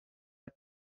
red